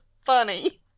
funny